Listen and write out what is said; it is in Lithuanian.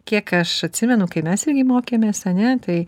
kiek aš atsimenu kai mes mokėmės ane tai